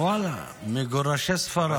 ואללה, מגורשי ספרד.